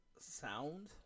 Sound